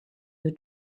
your